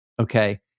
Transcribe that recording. Okay